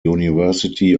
university